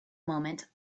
moment